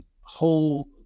whole